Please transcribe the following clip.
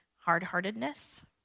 hard-heartedness